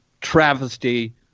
travesty